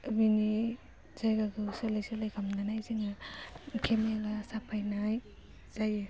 जोंनि जायगाखौ सोलाय सोलाय खालामनानै जोङो केमेरा साफायनाय जायो